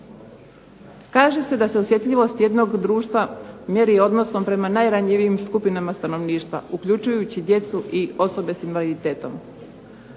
Kaže se da se osjetljivost jednog društva mjeri i odnosom prema najranjivijim skupinama stanovništva uključujući djecu i osobe s invaliditetom.